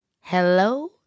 Hello